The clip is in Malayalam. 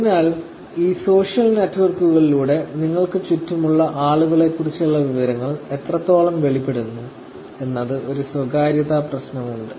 അതിനാൽ ഈ സോഷ്യൽ നെറ്റ്വർക്കുകളിലൂടെ നിങ്ങൾക്ക് ചുറ്റുമുള്ള ആളുകളെക്കുറിച്ചുള്ള വിവരങ്ങൾ എത്രത്തോളം വെളിപ്പെടുന്നു എന്നത് ഒരു സ്വകാര്യതാ പ്രശ്നവുമുണ്ട്